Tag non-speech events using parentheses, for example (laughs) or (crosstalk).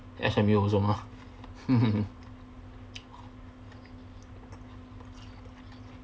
S_M_U also mah (laughs)